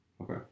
Okay